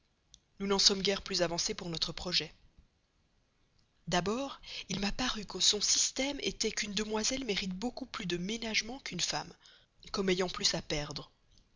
nous n'en sommes guères plus avancés pour notre projet d'abord il m'a paru que son système était qu'une demoiselle mérite beaucoup plus de ménagements qu'une femme comme ayant plus à perdre